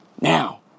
Now